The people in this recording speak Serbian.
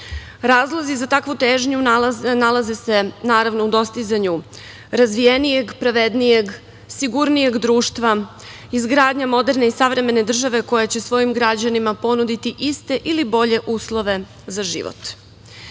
Razlozi za takvu težnju nalaze se u dostizanju razvijenijeg, pravednijeg, sigurnijeg društva, izgradnja moderne i savremene države koja će svojim građanima ponuditi ili bolje uslove za